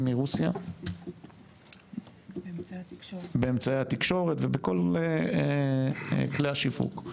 מרוסיה באמצעי התקשורת ובכל כל השיווק.